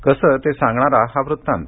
कसं ते सांगणारा हा वृत्तांत